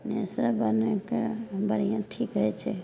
मे सब मिलके बढ़िआँ ठीक होइ छै